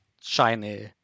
shiny